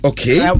Okay